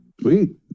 Sweet